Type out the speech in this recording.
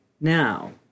now